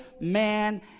man